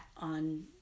on